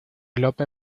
lope